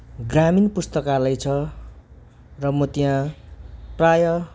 ग्रामीण पुस्तकालय छ र म त्यहाँ प्रायः